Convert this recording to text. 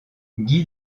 guy